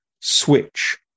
switch